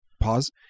pause